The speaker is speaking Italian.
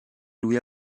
lui